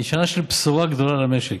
היא שנה של בשורה גדולה למשק.